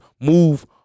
Move